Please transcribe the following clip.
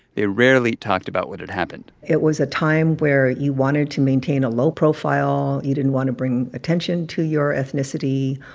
they rarely talked about what had happened it was a time where you wanted to maintain a low profile. you didn't want to bring attention to your ethnicity.